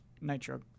Nitro